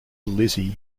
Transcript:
lizzy